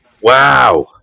Wow